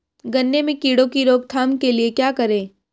गन्ने में कीड़ों की रोक थाम के लिये क्या करें?